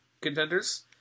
contenders